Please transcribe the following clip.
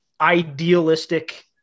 idealistic